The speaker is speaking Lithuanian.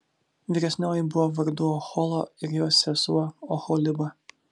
vyresnioji buvo vardu ohola ir jos sesuo oholiba